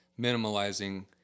minimalizing